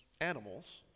animals